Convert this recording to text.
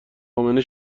امنه